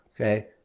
Okay